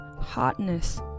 hotness